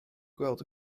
gweld